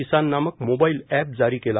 किसान नामक mobile app जारी केला